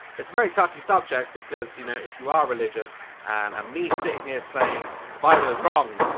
it's a very touchy subject because you know if you are religious and me sitting here saying the bible is wrong!